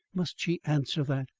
must she answer that?